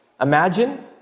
Imagine